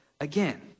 again